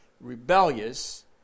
rebellious